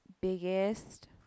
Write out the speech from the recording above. biggest